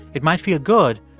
it might feel good,